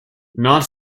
not